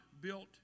built